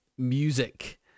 music